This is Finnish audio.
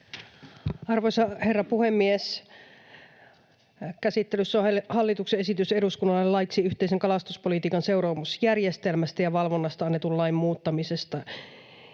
Arvoisa herra puhemies! Käsittelyssä on hallituksen esitys eduskunnalle laiksi yhteisen kalastuspolitiikan seuraamusjärjestelmästä ja valvonnasta annetun lain muuttamisesta.